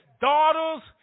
daughters